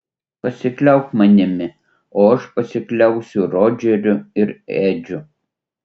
pasikliauk manimi o aš pasikliausiu rodžeriu ir edžiu